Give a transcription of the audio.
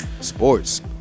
Sports